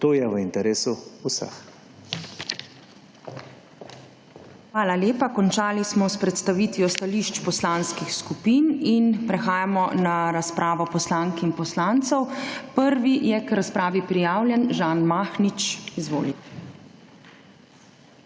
KLAKOČAR ZUPANČIČ: Hvala lepa. Končali smo s predstavitvijo stališč poslanskih skupin. Prehajamo na razpravo poslank in poslancev. Prvi je k razpravi prijavljen Žan Mahnič. Izvolite.